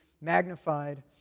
magnified